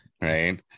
right